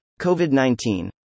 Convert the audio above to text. COVID-19